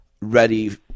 ready